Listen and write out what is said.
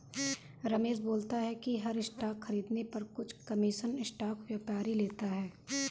रमेश बोलता है कि हर स्टॉक खरीदने पर कुछ कमीशन स्टॉक व्यापारी लेता है